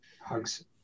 hugs